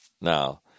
Now